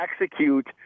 execute